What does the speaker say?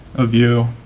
ah view